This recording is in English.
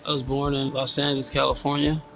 ah was born in los angeles, california,